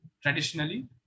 traditionally